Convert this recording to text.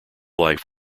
life